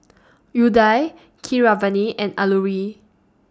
Udai Keeravani and Alluri